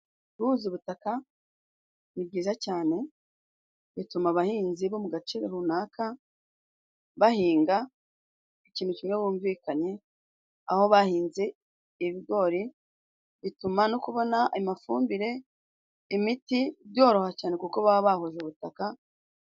Guhuza ubutaka ni byiza cyane. Bituma abahinzi bo mu gace runaka bahinga ikintu kimwe bumvikanye. Aho bahinze ibigori, bituma no kubona amafumbire, imiti, byoroha cyane kuko baba bahuje ubutaka.